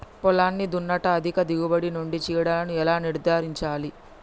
పొలాన్ని దున్నుట అధిక దిగుబడి నుండి చీడలను ఎలా నిర్ధారించాలి?